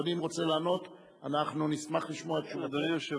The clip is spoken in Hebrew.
אדוני אם רוצה לענות, נשמח לשמוע את תשובתו.